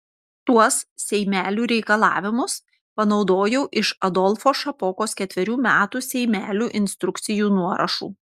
tuos seimelių reikalavimus panaudojau iš adolfo šapokos ketverių metų seimelių instrukcijų nuorašų